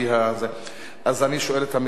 אז אני שואל את המציעים.